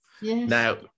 Now